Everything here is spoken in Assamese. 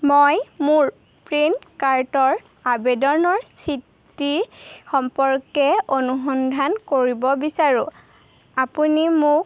মই মোৰ পেন কাৰ্ডৰ আবেদনৰ স্থিতি সম্পৰ্কে অনুসন্ধান কৰিব বিচাৰোঁ আপুনি মোক